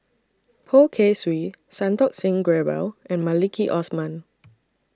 Poh Kay Swee Santokh Singh Grewal and Maliki Osman